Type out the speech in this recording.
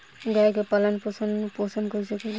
गाय के पालन पोषण पोषण कैसे करी?